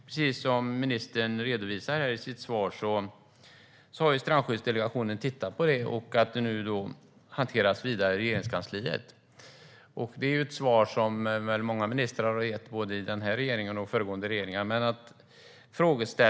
Precis som ministern redovisar i sitt svar har Strandskyddsdelegationen tittat på det, och det hanteras nu vidare i Regeringskansliet. Det är väl ett svar som många ministrar både i den här och i föregående regeringar har gett.